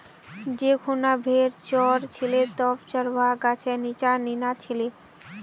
जै खूना भेड़ च र छिले तब चरवाहा गाछेर नीच्चा नीना छिले